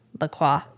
LaCroix